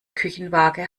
küchenwaage